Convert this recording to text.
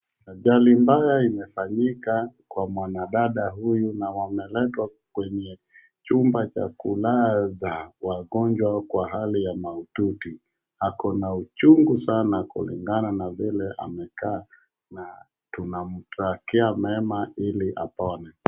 Ajali mbaya imefanyika kwa mwanadada huyu na wameletwa kwenye chumba cha kulaza wagonjwa kwa hali ya mahututi. Akona uchungu sana kulingana na vile anakaa na tunamtakia mema ili apone.